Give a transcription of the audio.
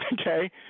okay